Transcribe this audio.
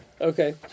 okay